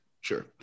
Sure